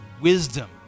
wisdom